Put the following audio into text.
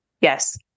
Yes